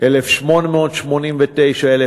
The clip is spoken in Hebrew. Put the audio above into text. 1889 1969,